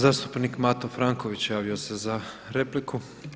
Zastupnik Mato Franković javio se za repliku.